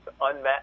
unmet